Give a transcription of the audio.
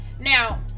Now